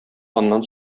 аннан